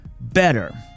better